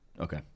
Okay